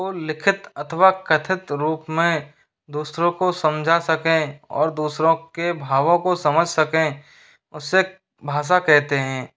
को लिखित अथवा कथित रूप में दूसरों को समझा सकें और दूसरों के भावों को समझ सकें उसे भाषा कहते हैं